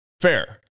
Fair